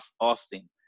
Austin